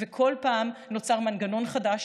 וכל פעם נוצר מנגנון חדש,